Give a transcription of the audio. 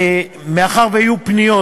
מאחר שיהיו פניות,